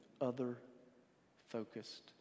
other-focused